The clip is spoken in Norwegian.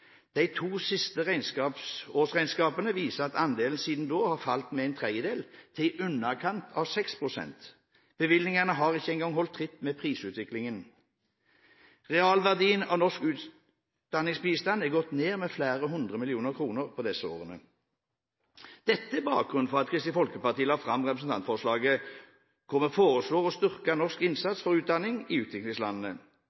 De to siste årsregnskapene viser at andelen siden da er falt med en tredjedel, til i underkant av 6 pst. Bevilgningene har ikke engang holdt tritt med prisutviklingen. Realverdien av norsk utdanningsbistand er gått ned med flere hundre millioner kroner på disse årene. Dette er bakgrunnen for at Kristelig Folkeparti la fram representantforslaget hvor vi foreslår å styrke norsk